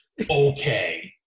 Okay